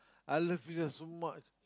I love you just so much